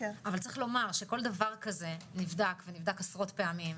אבל כל דבר כזה נבדק עשרות פעמים.